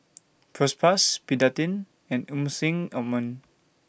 Propass Betadine and Emulsying Ointment